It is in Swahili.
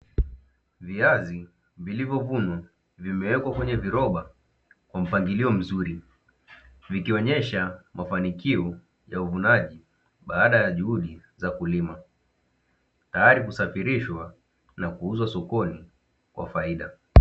Viazi vilivyovunwa vimewekwa kwenye viroba kwa mpangilio mzuri vikionyesha mafanikio ya uvunaji, baada ya juhudi za kulima tayari kusafirishwa na kuuzwa sokoni kwa faida.